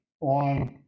on